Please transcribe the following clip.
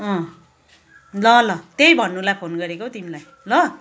ल ल त्यही भन्नलाई फोन गरेकौ तिमीलाई ल